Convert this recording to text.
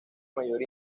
mayor